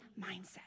mindset